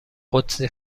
قدسی